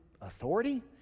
authority